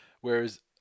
Whereas